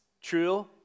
True